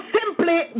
simply